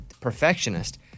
perfectionist